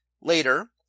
Later